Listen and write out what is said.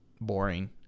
boring